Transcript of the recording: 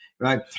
Right